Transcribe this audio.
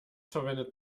verwendet